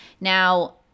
Now